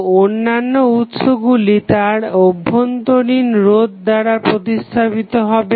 তো অন্যান্য উৎসগুলি তার অভ্যন্তরীণ রোধ দ্বারা প্রতিস্থাপিত হবে